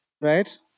Right